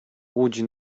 łódź